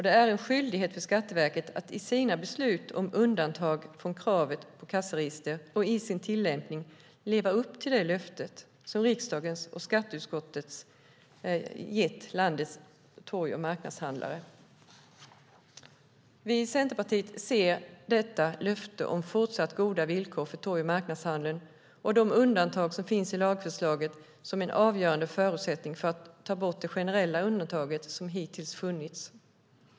Det är en skyldighet för Skatteverket att i sina beslut om undantag från kravet på kassaregister och i sin tillämpning leva upp till det löfte som riksdagens skatteutskott gett landets torg och marknadshandlare. Vi i Centerpartiet ser detta löfte om fortsatt goda villkor för torg och marknadshandeln och de undantag som finns i lagförslaget som en avgörande förutsättning för att ta bort det generella undantaget som hittills funnits.